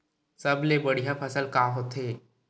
सबले बढ़िया फसल का होथे?